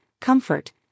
comfort